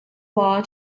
law